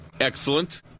Excellent